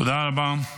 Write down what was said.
תודה רבה.